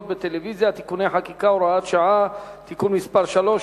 בטלוויזיה) (תיקוני חקיקה) (הוראות שעה) (תיקון מס' 3),